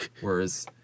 Whereas